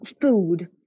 food